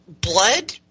blood